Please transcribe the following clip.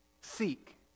seek